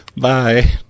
Bye